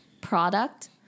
product